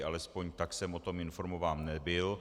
Alespoň tak jsem o tom informován nebyl.